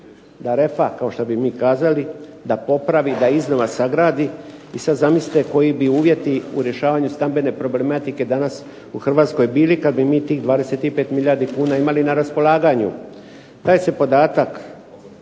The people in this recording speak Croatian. da refa kao što bi mi kazali, da popravi, da iznova sagradi. I sada zamislite koji bi uvjeti u rješavanju stambene problematike danas u Hrvatskoj bili kada bi mi imali tih 25 milijardi kuna imali na raspolaganju.